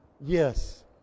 Yes